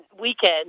weekend